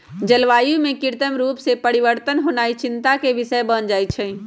जलवायु में कृत्रिम रूप से परिवर्तन होनाइ चिंता के विषय बन जाइ छइ